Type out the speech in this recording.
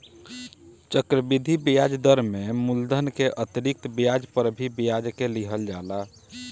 चक्रवृद्धि ब्याज दर में मूलधन के अतिरिक्त ब्याज पर भी ब्याज के लिहल जाला